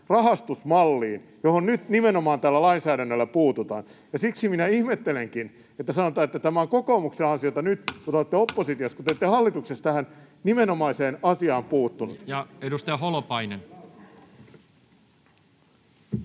rahastusmalliin, johon nyt nimenomaan tällä lainsäädännöllä puututaan. Siksi minä ihmettelenkin, että sanotaan, että tämä on kokoomuksen ansiota, nyt kun olette oppositiossa, kun te ette hallituksessa tähän nimenomaiseen asiaan puuttuneet. [Speech